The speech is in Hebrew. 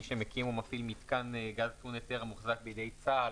שמקים ומפעיל מתקן גז טעון היתר המוחזק בידי צה"ל